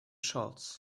shorts